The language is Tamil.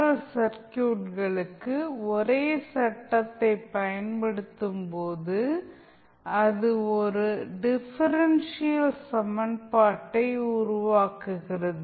எல் சர்க்யூட்களுக்கு ஒரே சட்டத்தை பயன்படுத்தும் போது அது ஒரு டிஃபரன்ஷியல் சமன்பாட்டை உருவாக்குகிறது